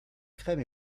crème